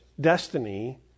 destiny